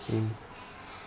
mm